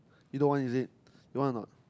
you don't want is it you want a not